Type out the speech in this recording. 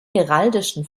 heraldischen